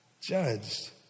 judged